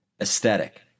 aesthetic